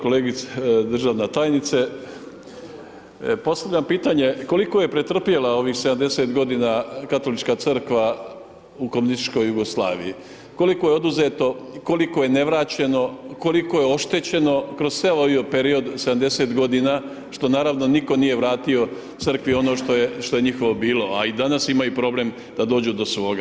Kolegice državna tajnice, postavljam pitanje, koliko je pretrpjela ovih 70 godina Katolička crkva u komunističkoj Jugoslaviji, koliko je oduzeto, koliko je nevraćeno, koliko je oštećeno kroz sav ovaj period 70 godina, što naravno nitko nije vratio crkvi ono što je njihovo bilo, a i danas imaju problem da dođu do svoga.